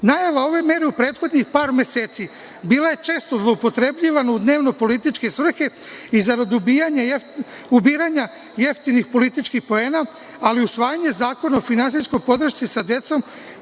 Najave ove mere u prethodnih par meseci bila je često zloupotrebljivana u dnevno-političke svrhe i zarad ubiranja jeftinih političkih poena, ali usvajanjem Zakona o finansijskoj podršci sa decom